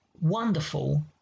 wonderful